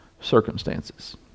circumstances